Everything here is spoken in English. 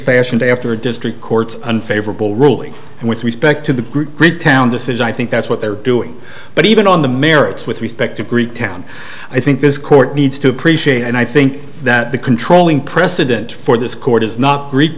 fashioned after district court's unfavorable ruling and with respect to the group greektown decision i think that's what they're doing but even on the merits with respect to greektown i think this court needs to appreciate and i think that the controlling precedent for this court is not greek